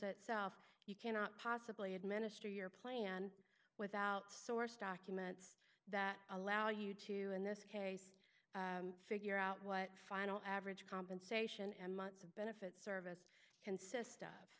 under self you cannot possibly administer your plan without source documents that allow you to in this case figure out what final average compensation and months of benefits service consist